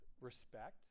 respect